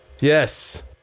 Yes